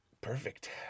Perfect